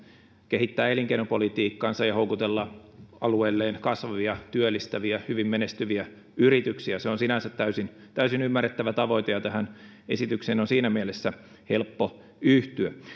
kehittää elinkeinopolitiikkaansa ja houkutella alueelleen kasvavia työllistäviä hyvin menestyviä yrityksiä se on sinänsä täysin täysin ymmärrettävä tavoite ja tähän esitykseen on siinä mielessä helppo yhtyä